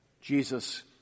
Jesus